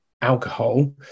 alcohol